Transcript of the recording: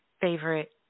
favorite